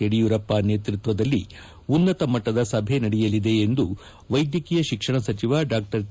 ಯಡಿಯೂರಪ್ಪ ನೇತೃತ್ವದಲ್ಲಿ ಉನ್ನತಮಟ್ಟದ ಸಭೆ ನಡೆಯಲಿದೆ ಎಂದು ವೈದ್ಯಕೀಯ ಶಿಕ್ಷಣ ಸಚಿವ ಡಾ ಕೆ